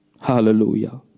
Hallelujah